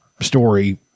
story